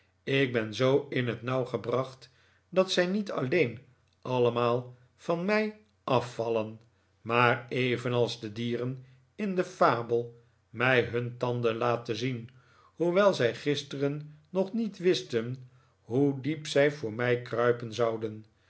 ik ben zoo in het nauw gebracht dat zij niet alleen allemaal van mij afvallen maar evenals de dieren in de fabel mij hun tanden laten zien hoewel zij gisteren nog niet wisten hoe diep zij voor mij kruipen zouden